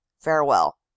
Farewell